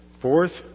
Fourth